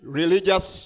religious